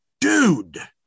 Dude